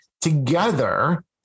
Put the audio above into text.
together